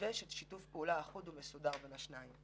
מתווה של שיתוף פעולה אחוד ומסודר בין השניים.